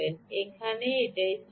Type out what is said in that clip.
এটাই এখানে চাবি